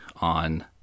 on